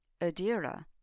adira